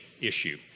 issue